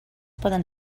poden